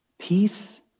Peace